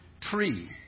tree